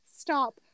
stop